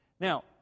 Now